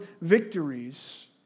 victories